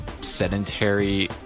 sedentary